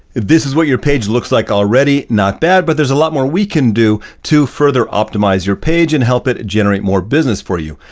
this is what your page looks like already, not bad, but there's a lot more we can do to further optimize your page and help it generate more business for you.